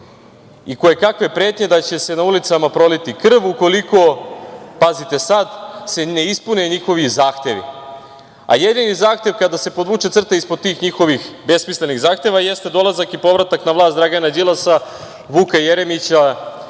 i kojekakve pretnje da će se na ulicama proliti krv ukoliko se, pazite sad, ne ispune njihovi zahtevi. Jedini zahtev, kada se podvuče crta ispod tih njihovih besmislenih zahteva, jeste dolazak i povratak na vlast Dragana Đilasa, Vuka Jeremića,